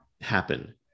happen